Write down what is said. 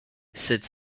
cette